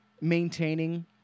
maintaining